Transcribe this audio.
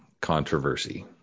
controversy